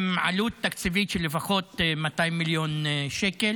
עם עלות תקציבית של לפחות 200 מיליון שקל.